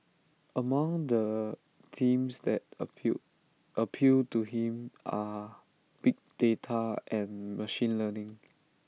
among the themes that appeal appeal to him are big data and machine learning